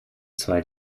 zwei